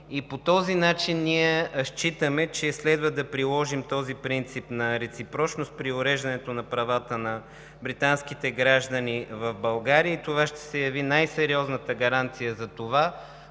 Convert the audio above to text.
По този начин считаме, че следва да приложим този принцип на реципрочност при уреждането на правата на британските граждани в България, и той ще се яви най-сериозната гаранция за това